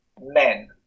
men